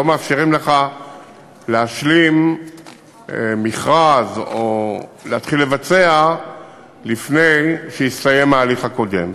לא מאפשרים לך להשלים מכרז או להתחיל לבצע לפני שהסתיים ההליך הקודם.